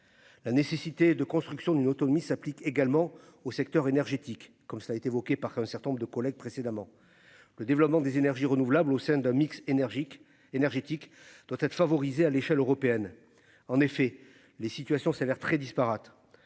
La nécessité de construction d'une autonomie s'applique également au secteur énergétique comme ça été évoquée par un certain nombre de collègues précédemment. Le développement des énergies renouvelables au sein d'un mix énergique énergétique doit être favorisé à l'échelle européenne. En effet les situations s'avère très disparate.